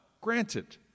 Granted